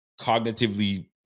cognitively